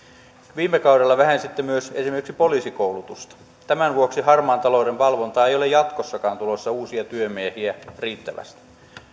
viime kaudella vähensitte myös esimerkiksi poliisikoulutusta tämän vuoksi harmaan talouden valvontaan ei ole jatkossakaan tulossa uusia työmiehiä riittävästi